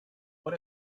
what